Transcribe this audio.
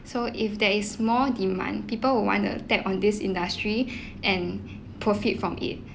so if there is more demand people would want to tap on this industry and profit from it